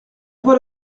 voix